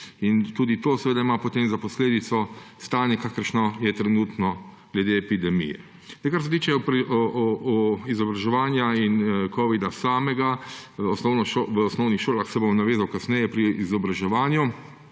Tudi to ima potem za posledico stanje, kakršno je trenutno glede epidemije. Na to, kar se tiče izobraževanja in covida samega v osnovnih šolah, se bom navezal kasneje pri izobraževanju,